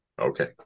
Okay